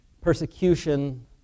Persecution